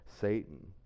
Satan